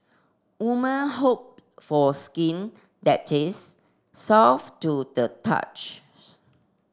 woman hope for skin that is soft to the touch